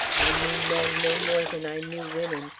i knew men no more than i knew women,